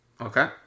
Okay